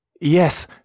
yes